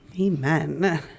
Amen